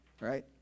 right